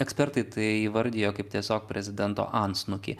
ekspertai tai įvardijo kaip tiesiog prezidento antsnukį